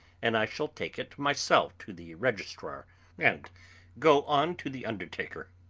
and i shall take it myself to the registrar and go on to the undertaker.